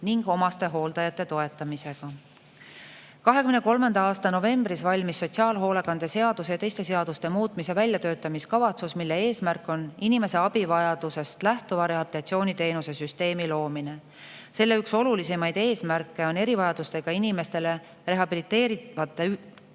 ning omastehooldajate toetamisega. 2023. aasta novembris valmis sotsiaalhoolekande seaduse ja teiste seaduste muutmise väljatöötamiskavatsus, mille eesmärk on inimese abivajadusest lähtuva rehabilitatsiooniteenuse süsteemi loomine. Selle üks olulisemaid eesmärke on erivajadustega inimestele rehabiliteerivate üksikteenuste